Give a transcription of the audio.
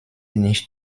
nicht